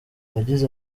yagize